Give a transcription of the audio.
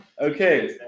okay